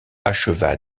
acheva